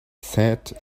sat